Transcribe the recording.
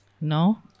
No